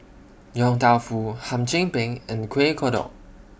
Yong Tau Foo Hum Chim Peng and Kueh Kodok